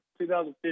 2015